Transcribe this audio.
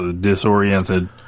disoriented